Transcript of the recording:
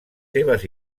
seves